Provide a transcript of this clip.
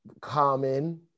Common